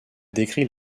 décrit